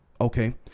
Okay